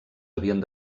havien